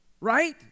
right